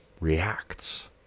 reacts